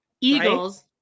eagles